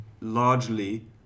largely